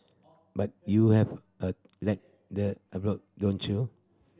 but you have a let that don't you